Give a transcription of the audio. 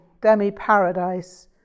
demi-paradise